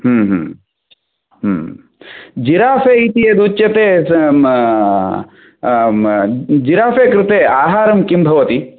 जिराफे इति यत् उच्यते जिराफे कृते आहरं किं भवति